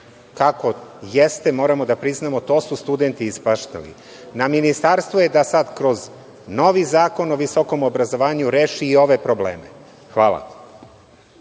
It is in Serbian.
kako jeste, moramo da priznamo to su studenti ispaštali. Na Ministarstvu je da sad kroz novi zakon o visokom obrazovanju reši i ove probleme. Hvala.